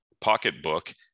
pocketbook